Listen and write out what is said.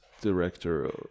director